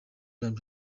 byanyu